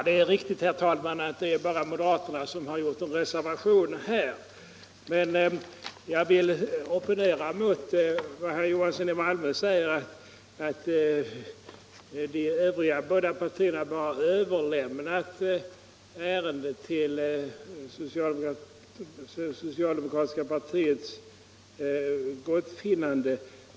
Herr talman! Ja, det är bara moderaterna som reserverat sig i detta avseende. Men jag vill opponera mig mot herr Johanssons i Malmö uttalande att de övriga båda oppositionspartierna bara överlämnat frågan till det socialdemokratiska partiets gottfinnande.